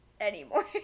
anymore